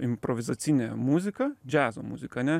improvizacinė muzika džiazo muzika ane